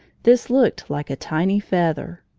this looked like a tiny feather.